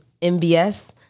MBS